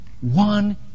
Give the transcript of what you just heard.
one